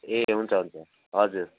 ए हुन्छ हुन्छ हजुर